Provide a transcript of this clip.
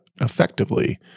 effectively